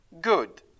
good